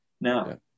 Now